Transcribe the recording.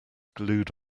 glued